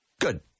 Good